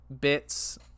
bits